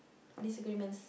disagreements